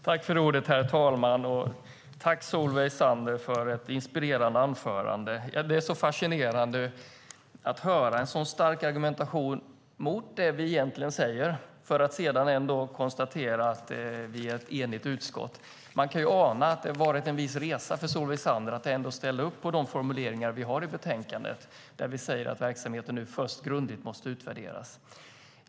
Herr talman! Tack, Solveig Zander, för ett inspirerande anförande! Det är fascinerande att höra en så stark argumentation mot det vi egentligen säger och att det sedan konstateras att vi är ett enigt utskott. Man kan ana att det har varit en viss resa för Solveig Zander att ställa upp på de formuleringar vi har i betänkandet där vi säger att verksamheten först grundligt måste utvärderas.